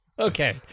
Okay